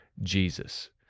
Jesus